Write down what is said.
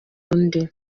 undi